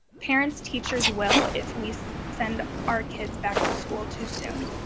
parents, teachers will if we send our kids back to school too soon.